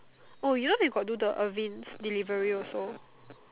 oh you know they got do the irvin's delivery also